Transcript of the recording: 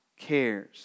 cares